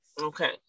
Okay